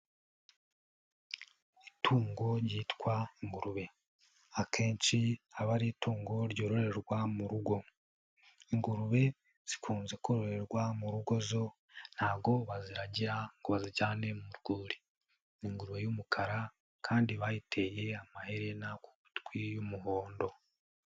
Itungo ryitwa ingurube, akenshi aba ari itungo ryororerwa mu rugo, ingurube zikunze koroherwa mu rugo zo ntabwo waziragira ngo bazijyane mu rwuri, ingurube y'umukara kandi bayiteye amaherena ku gutwi y'umuhondo.